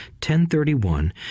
1031